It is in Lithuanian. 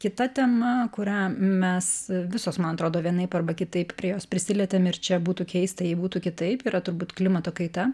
kita tema kurią mes visos man atrodo vienaip arba kitaip prie jos prisilietėm ir čia būtų keista jei būtų kitaip yra turbūt klimato kaita